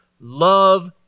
Love